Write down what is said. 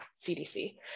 CDC